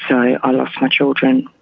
i ah lost my children.